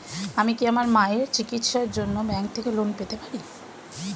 আমি কি আমার মায়ের চিকিত্সায়ের জন্য ব্যঙ্ক থেকে লোন পেতে পারি?